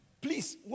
Please